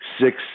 Six